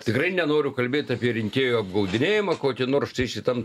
tikrai nenoriu kalbėti apie rinkėjų apgaudinėjimą kokį nors čia šitam